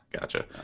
gotcha